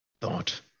Thought